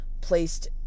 placed